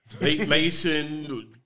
Mason